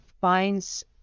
finds